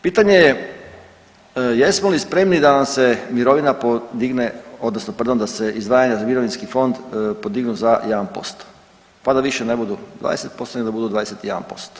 Pitanje je jesmo li spremni da nam se mirovina podigne odnosno pardon da se izdvajanja za mirovinski fond podignu za 1% pa da više ne budu 20% nego da budu 21%